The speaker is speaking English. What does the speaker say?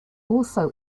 also